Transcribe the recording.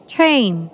Train